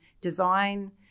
design